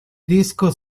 disco